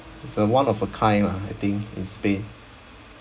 it's a one of a kind lah I think in spain